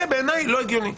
זה בעיניי לא הגיוני.